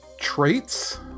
Traits